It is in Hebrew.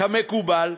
כמקובל,